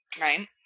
Right